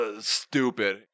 stupid